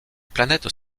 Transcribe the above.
planètes